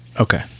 Okay